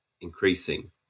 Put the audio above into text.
increasing